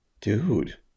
dude